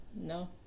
No